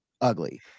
ugly